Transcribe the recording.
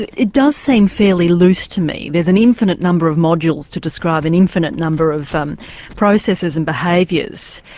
it it does seem fairly loose to me there's an infinite number of modules to describe an infinite number of um processes and behaviours.